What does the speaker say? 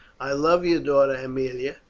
i love your daughter aemilia,